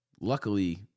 Luckily